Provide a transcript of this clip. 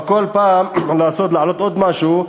אבל בכל פעם לנסות להעלות עוד משהו,